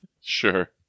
Sure